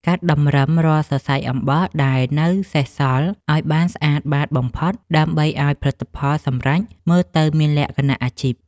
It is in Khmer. កាត់តម្រឹមរាល់សរសៃអំបោះដែលនៅសេសសល់ឱ្យបានស្អាតបាតបំផុត ដើម្បីឱ្យផលិតផលសម្រេចមើលទៅមានលក្ខណៈអាជីព។